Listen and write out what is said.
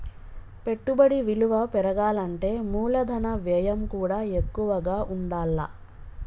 పెట్టుబడి విలువ పెరగాలంటే మూలధన వ్యయం కూడా ఎక్కువగా ఉండాల్ల